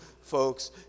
folks